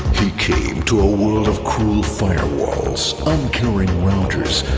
he came to a world of cruel firewalls, uncaring routers,